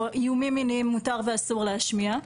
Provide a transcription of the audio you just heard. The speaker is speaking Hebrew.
או איומים מיניים מותר ואסור להשמיע.